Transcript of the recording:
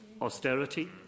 austerity